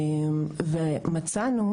אז מצאנו,